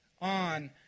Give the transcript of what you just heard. on